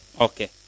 Okay